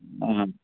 ꯑꯥ